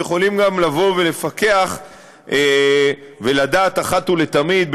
הם יכולים לבוא ולפקח ולדעת אחת ולתמיד,